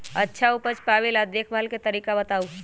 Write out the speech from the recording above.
अच्छा उपज पावेला देखभाल के तरीका बताऊ?